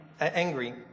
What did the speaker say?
angry